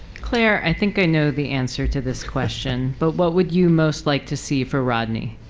clare, i think i know the answer to this question. but what would you most like to see for rodney?